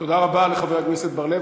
תודה רבה לחבר הכנסת בר-לב.